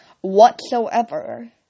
whatsoever